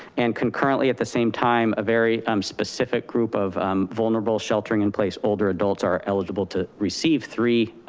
and concurrently at the same time, a very um specific group of vulnerable sheltering in place older adults are eligible to receive three